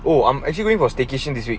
oh I'm actually going for staycation this week